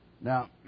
Now